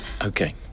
Okay